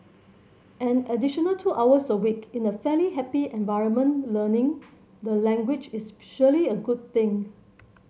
an additional two hours a week in a fairly happy environment learning the language is surely a good thing